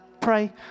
Pray